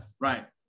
Right